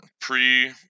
pre